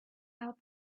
out